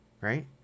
right